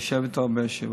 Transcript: ואני יושב איתו בישיבות.